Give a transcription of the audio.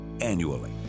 annually